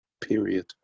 period